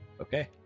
Okay